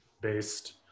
based